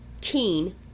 teen